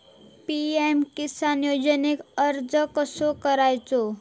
PM Kisan योजनेक अर्ज कसो करायचो?